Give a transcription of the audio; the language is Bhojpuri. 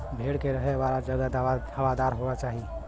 भेड़ के रहे वाला जगह हवादार होना चाही